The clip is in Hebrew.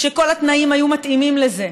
כשכל התנאים היו מתאימים לזה?